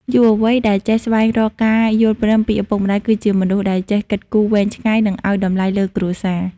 យុវវ័យដែលចេះស្វែងរកការយល់ព្រមពីឪពុកម្ដាយ គឺជាមនុស្សដែលចេះគិតគូរវែងឆ្ងាយ និងឱ្យតម្លៃលើគ្រួសារ។